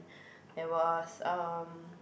there was um